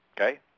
Okay